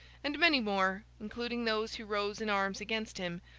and many more, including those who rose in arms against him,